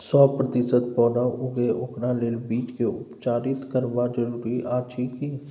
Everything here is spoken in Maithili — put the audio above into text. सौ प्रतिसत पौधा उगे ओकरा लेल बीज के उपचारित करबा जरूरी अछि की?